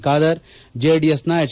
ಖಾದರ್ ಜೆಡಿಎಸ್ನ ಎಚ್